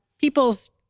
people's